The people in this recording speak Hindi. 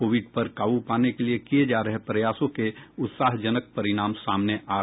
कोविड पर काबू पाने के लिए किए जा रहे प्रयासों के उत्साहजनक परिणाम सामने आ रहे हैं